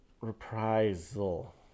reprisal